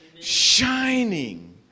shining